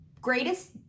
greatest